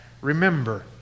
remember